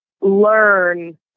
learn